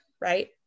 right